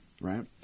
right